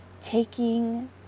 taking